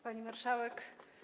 Pani Marszałek!